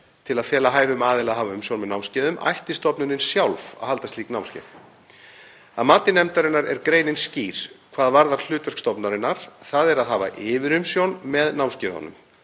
til að fela hæfum aðila að hafa umsjón með námskeiðum ætti stofnunin sjálf að halda slík námskeið. Að mati nefndarinnar er greinin skýr hvað varðar hlutverk stofnunarinnar, þ.e. að hafa yfirumsjón með námskeiðunum.